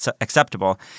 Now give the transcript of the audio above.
acceptable